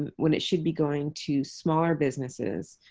and when it should be going to smaller businesses